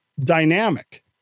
dynamic